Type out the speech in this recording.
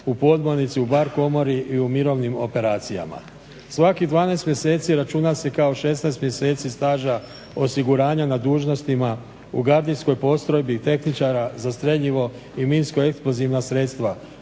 u podmornici, u bar komori i u mirovnim operacijama. Svakih 12 mjeseci računa se kao 16 mjeseci staža osiguranja na dužnostima u gardijskoj postrojbi tehničara za streljivo i minsko eksplozivna sredstva,